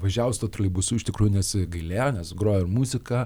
važiavus tuo troleibusu iš tikrųjų nesigailėjo nes grojo ir muzika